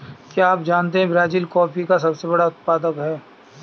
क्या आप जानते है ब्राज़ील कॉफ़ी का सबसे बड़ा उत्पादक है